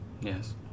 Yes